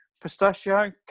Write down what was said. pistachio